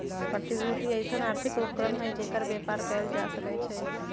प्रतिभूति अइसँन आर्थिक उपकरण हइ जेकर बेपार कएल जा सकै छइ